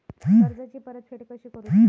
कर्जाची परतफेड कशी करुची?